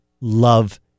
love